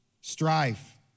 strife